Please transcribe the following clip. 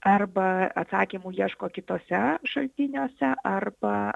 arba atsakymų ieško kituose šaltiniuose arba